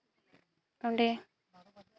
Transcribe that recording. ᱚᱸᱰᱮ